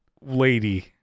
lady